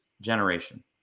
generation